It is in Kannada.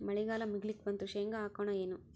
ಮಳಿಗಾಲ ಮುಗಿಲಿಕ್ ಬಂತು, ಶೇಂಗಾ ಹಾಕೋಣ ಏನು?